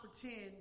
pretend